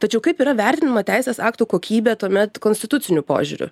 tačiau kaip yra vertinama teisės aktų kokybė tuomet konstituciniu požiūriu